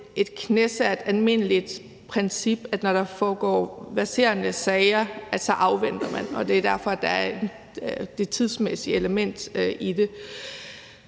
et knæsat, almindeligt princip, at når der foregår verserende sager, afventer man, og det er derfor, der er det tidsmæssige element i det.